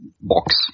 box